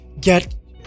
get